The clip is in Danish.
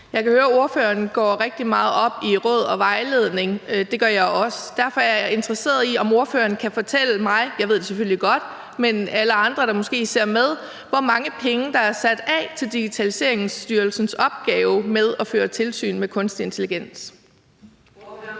Jeg kan høre, at ordføreren går rigtig meget op i råd og vejledning. Det gør jeg også, og derfor er jeg interesseret i at høre, om ordføreren kan fortælle mig – jeg ved det selvfølgelig godt, men så alle andre, der måske ser med – hvor mange penge der er sat af til Digitaliseringsstyrelsens opgave med at føre tilsyn med kunstig intelligens. Kl.